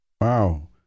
Wow